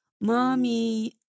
Mommy